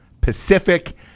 Pacific